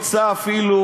הוא לא נמצא אפילו,